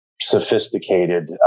sophisticated